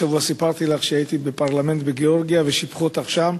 השבוע סיפרתי לך שהייתי בפרלמנט בגאורגיה ושיבחו אותך שם,